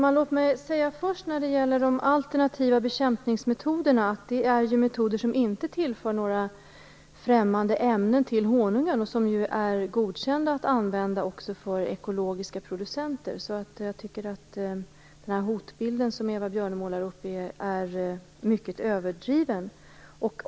Herr talman! De alternativa bekämpningsmetoderna tillför inte honungen främmande ämnen. De är dessutom godkända för att användas också av ekologiska producenter. Jag tycker därför att den hotbild som Eva Björne målar upp är mycket överdriven.